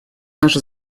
наши